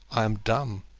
i am dumb.